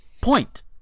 point